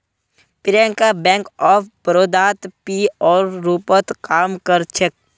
Priyanka bank of बड़ौदात पीओर रूपत काम कर छेक